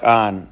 on